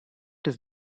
his